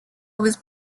was